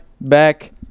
back